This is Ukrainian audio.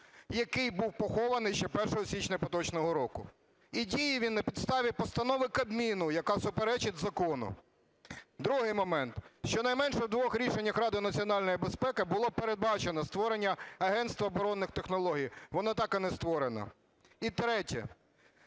який був похований ще 1 січня поточного року. І діє він на підставі постанови Кабміну, яка суперечить закону. Другий момент. Щонайменше в двох рішеннях Ради національної безпеки було передбачено створення Агентства оборонних технологій. Воно так і не створено. І третє.